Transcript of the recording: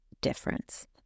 difference